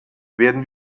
werden